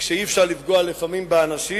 כשאי-אפשר לפעמים לפגוע באנשים,